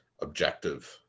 objective